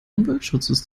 umweltschutzes